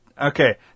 okay